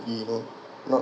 be able not